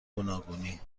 گوناگونی